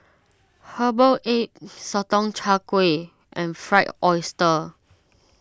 Herbal Egg Sotong Char Kway and Fried Oyster